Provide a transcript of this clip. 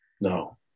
No